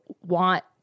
want